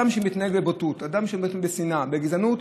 אדם שמתנהג בבוטות, אדם שמתנהג בשנאה, בגזענות,